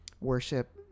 Worship